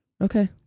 okay